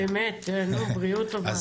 בריאות טובה.